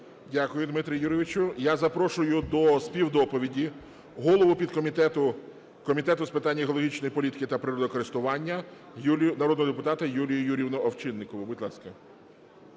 Дякую, Дмитро Юрійович. Я запрошую до співдоповіді голову підкомітету Комітету з питань екологічної політики та природокористування народного депутата Юлію Юріївну Овчинникову. Будь ласка.